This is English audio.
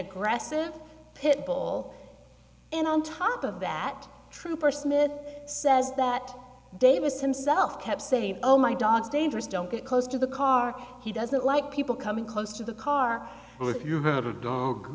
aggressive pit bull and on top of that trooper smith says that davis himself kept saying oh my dog's dangerous don't get close to the car he doesn't like people coming close to the car with you have a dog